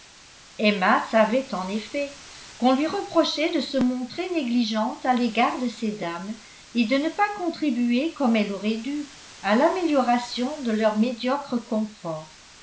emma savait en effet qu'on lui reprochait de se montrer négligente à l'égard de ces dames et de ne pas contribuer comme elle aurait dû à l'amélioration de leur médiocre confort